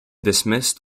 dismissed